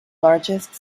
largest